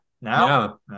now